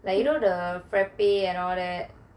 like you know the frappe and all that